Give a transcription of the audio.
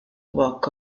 walk